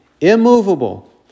immovable